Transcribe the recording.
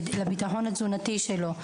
לביטחון התזונתי שלו,